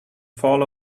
fall